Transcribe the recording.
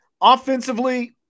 offensively